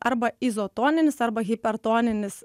arba izotoninis arba hipertoninis